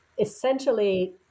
essentially